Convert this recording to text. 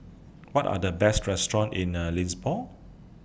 What Are The Best Restaurant in The Lisbon